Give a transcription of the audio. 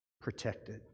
Protected